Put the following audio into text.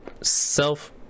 self